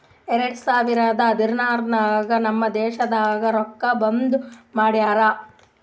ಎರಡು ಸಾವಿರದ ಹದ್ನಾರ್ ನಾಗ್ ನಮ್ ದೇಶನಾಗ್ ರೊಕ್ಕಾ ಬಂದ್ ಮಾಡಿರೂ